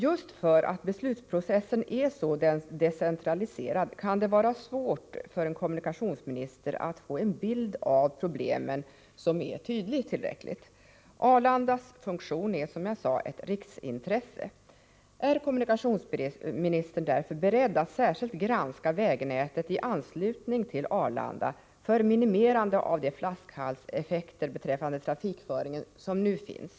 Just därför att beslutsprocessen är så decentraliserad kan det vara svårt för en kommunikationsminister att få en tillräckligt tydlig bild av problemen. Arlandas funktion är, som jag sagt, ett riksintresse. Är kommunikationsministern därför beredd att särskilt granska vägnätet i anslutning till Arlanda för minimerande av de flaskhalseffekter beträffande trafikföringen som nu finns?